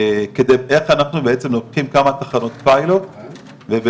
כדי איך אנחנו בעצם לוקחים כמה תחנות פיילוט ובעצם,